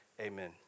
Amen